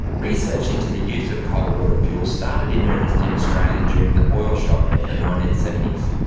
research into the use of coal-water fuels started in earnest in australia during the oil shock of the nineteen seventy s.